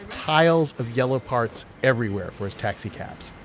piles of yellow parts everywhere for his taxicabs